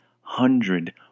hundred